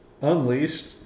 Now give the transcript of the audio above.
Unleashed